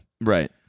Right